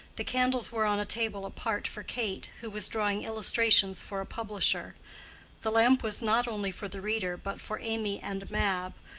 the candles were on a table apart for kate, who was drawing illustrations for a publisher the lamp was not only for the reader but for amy and mab,